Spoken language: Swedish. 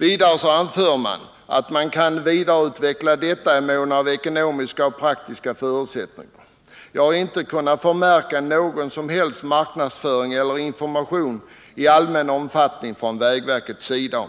Vidare anför utskottet att man kan vidareutveckla detta i mån av ekonomiska och praktiska förutsättningar. Jag har inte kunnat förmärka någon som helst marknadsföring eller information om detta från vägverkets sida,